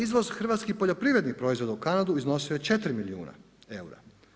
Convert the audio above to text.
Izvoz hrvatskih poljoprivrednih proizvoda u Kanadu iznosi je 4 milijuna eura.